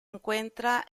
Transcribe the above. encuentra